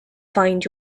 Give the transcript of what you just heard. find